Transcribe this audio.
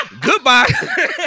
goodbye